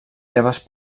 seves